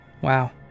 Wow